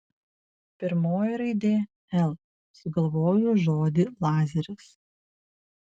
pirmoji raidė l sugalvoju žodį lazeris